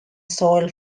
soil